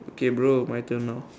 okay bro my turn now